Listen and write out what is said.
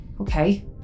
Okay